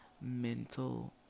mental